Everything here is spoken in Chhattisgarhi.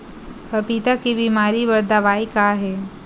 पपीता के बीमारी बर दवाई का हे?